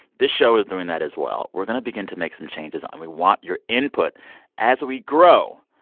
this show is doing that as well. we're going to begin to make some changes, and we want your input as we grow.